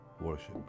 worship